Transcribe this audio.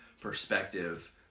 perspective